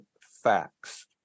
facts